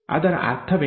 ಅದರ ಅರ್ಥವೇನು